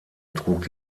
trug